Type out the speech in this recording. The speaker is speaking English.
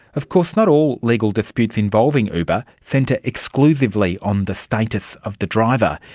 of course not all legal disputes involving uber centre exclusively on the status of the driver.